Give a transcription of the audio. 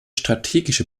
strategische